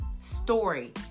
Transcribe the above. story